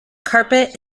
carpet